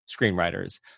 screenwriters